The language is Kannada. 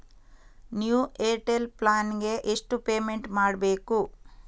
ನ್ಯೂ ಏರ್ಟೆಲ್ ಪ್ಲಾನ್ ಗೆ ಎಷ್ಟು ಪೇಮೆಂಟ್ ಮಾಡ್ಬೇಕು?